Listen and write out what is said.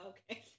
Okay